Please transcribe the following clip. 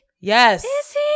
Yes